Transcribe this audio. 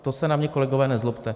To se na mě, kolegové, nezlobte.